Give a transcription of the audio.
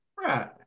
Right